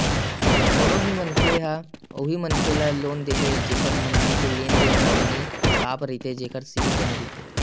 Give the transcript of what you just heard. कोनो भी मनखे ह उही मनखे ल लोन देथे जेखर मन के लेन देन ह बने साफ रहिथे जेखर सिविल बने रहिथे